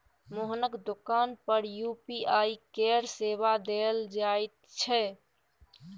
मोहनक दोकान पर यू.पी.आई केर सेवा देल जाइत छै